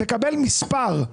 מקבל מספר.